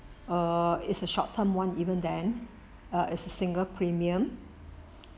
err is a short term [one] even then err is a single premium